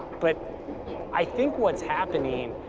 but i think what's happening,